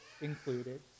included